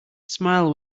smile